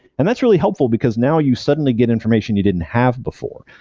and that's really helpful, because now you suddenly get information you didn't have before.